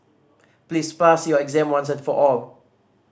please pass your exam once and for all